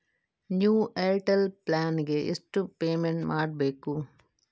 New Airtel plan ಗೆ ಎಷ್ಟು payment ಮಾಡ್ಬೇಕು?